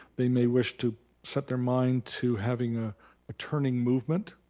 they may wish to set their mind to having a ah turning movement.